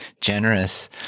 generous